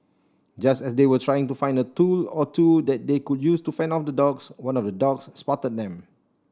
just as they were trying to find a tool or two that they could use to fend off the dogs one of the dogs spotted them